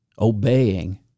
Obeying